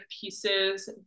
pieces